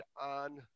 on